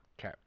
Okay